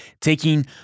taking